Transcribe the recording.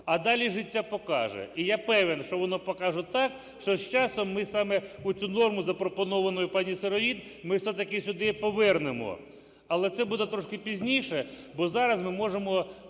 А далі життя покаже. І я певен, що воно покаже так, що з часом ми саме оцю ,норму запропоновану пані Сироїд, ми все-таки сюди повернемо. Але це буде трошки пізніше, бо зараз ми можемо